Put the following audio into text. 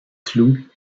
clous